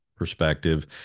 perspective